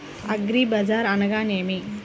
అగ్రిబజార్ అనగా నేమి?